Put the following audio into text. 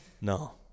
No